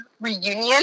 reunion